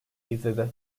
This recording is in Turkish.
izledi